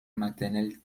maternel